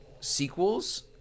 sequels